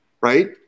right